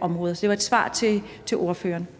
områder. Så det var et svar til ordføreren.